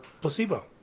placebo